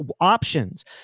options